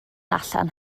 allan